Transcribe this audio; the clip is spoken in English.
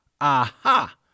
Aha